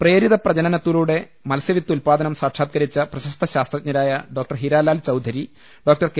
പ്രേരിത പ്രജനനത്തിലൂടെ മത്സ്യവിത്ത് ഉല്പാദനം സാക്ഷാത്കരിച്ച പ്രശസ്ത ശാസ്ത്രജ്ഞരായ doctor Hiralal Chaudhuri doctor K